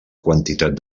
quantitat